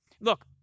Look